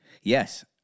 Yes